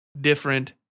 different